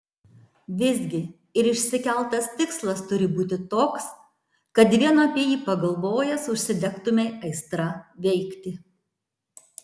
visgi ir išsikeltas tikslas turi būti toks kad vien apie jį pagalvojęs užsidegtumei aistra veikti